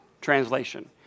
Translation